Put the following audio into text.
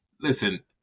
Listen